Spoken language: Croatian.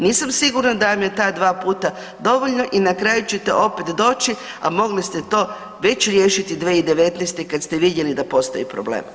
Nisam sigurna da vam je ta dva puta dovoljno i na kraju ćete opet doći a mogli ste to već riješiti 2019. kad ste vidjeli da postoji problem.